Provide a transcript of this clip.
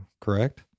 correct